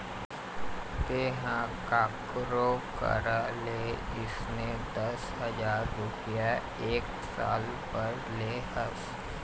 तेंहा कखरो करा ले जइसे दस हजार रुपइया एक साल बर ले हस